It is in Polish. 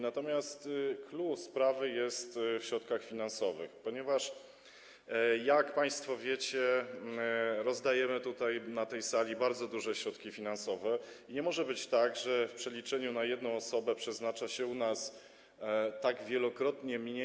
Natomiast clou sprawy jest w środkach finansowych, ponieważ, jak państwo wiecie, rozdajemy na tej sali bardzo duże środki finansowe i nie może być tak, że w przeliczeniu na jedną osobę przeznacza się u nas tak wielokrotnie mniej.